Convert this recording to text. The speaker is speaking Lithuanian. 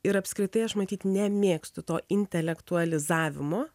ir apskritai aš matyt nemėgstu to intelektualizavimo